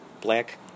black